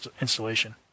installation